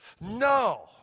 No